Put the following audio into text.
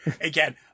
Again